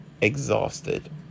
Exhausted